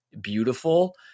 beautiful